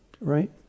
right